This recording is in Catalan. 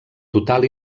total